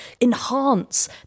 enhance